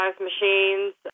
machines